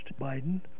Biden